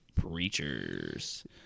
preachers